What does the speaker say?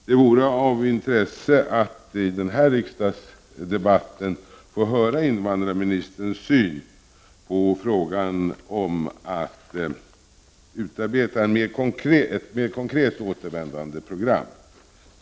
Det vore av intresse att i denna riksdagsdebatt få invandrarministerns syn på frågan och på möjligheterna att utarbeta ett mer konkret återvändandeprogram.